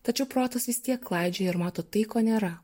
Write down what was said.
tačiau protas vis tiek klaidžioja ir mato tai ko nėra